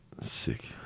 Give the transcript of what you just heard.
sick